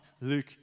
Luke